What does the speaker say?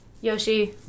yoshi